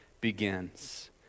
begins